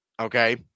okay